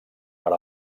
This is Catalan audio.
per